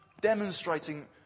demonstrating